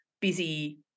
busy